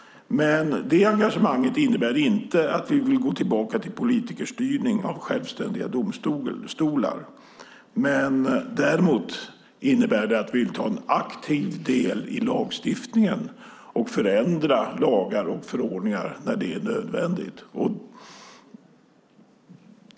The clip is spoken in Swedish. Men det engagemanget innebär inte att vi vill gå tillbaka politikerstyrning av självständiga domstolar. Däremot innebär det att vi vill ta en aktiv del i lagstiftningen och förändra lagar och förordningar när det är nödvändigt.